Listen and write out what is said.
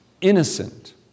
innocent